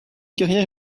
carrière